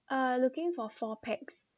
uh looking for four pax